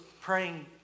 praying